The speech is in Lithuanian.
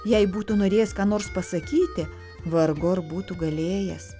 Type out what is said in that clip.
jei būtų norėjęs ką nors pasakyti vargu ar būtų galėjęs